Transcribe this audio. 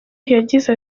yagize